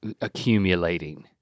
accumulating